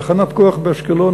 תחנת כוח באשקלון,